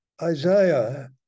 isaiah